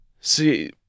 see